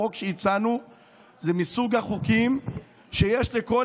החוק שהצענו זה מסוג החוקים שיש לכל